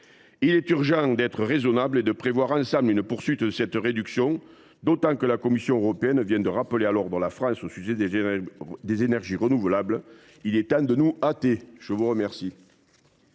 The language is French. Il est urgent d’être raisonnable et de prévoir ensemble une poursuite de cette réduction, d’autant que la Commission européenne vient de rappeler à l’ordre la France au sujet des énergies renouvelables. Il est temps de nous hâter ! La parole